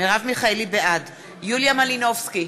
בעד יוליה מלינובסקי,